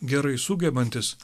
gerai sugebantys